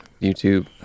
YouTube